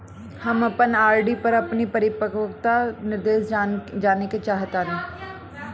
हम अपन आर.डी पर अपन परिपक्वता निर्देश जानेके चाहतानी